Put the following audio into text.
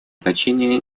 значение